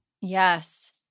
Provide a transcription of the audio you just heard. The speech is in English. Yes